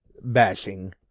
bashing